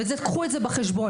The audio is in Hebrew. וקחו את זה בחשבון.